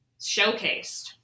showcased